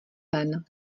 ven